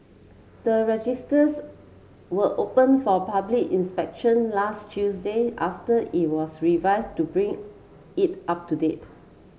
the registers were opened for public inspection last Tuesday after it was revised to bring it up to date